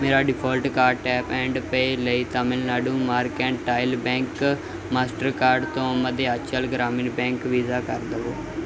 ਮੇਰਾ default card tap and pay ਲਈ Tamil Nadu Mercantile Bank Mastercard ਤੋਂ ਮੱਧਆਂਚਲ ਗ੍ਰਾਮੀਣ ਬੈਂਕ ਵੀਜ਼ਾ ਕਰ ਦਵੋ